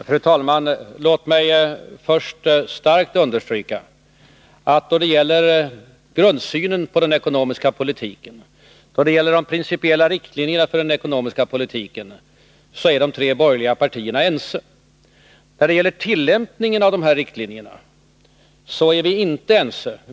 Fru talman! Låt mig först starkt understryka att då det gäller grundsynen på den ekonomiska politiken och då det gäller de principiella riktlinjerna för den ekonomiska politiken är de tre borgerliga partierna ense. När det gäller tillämpningen av riktlinjerna är vi inte ense.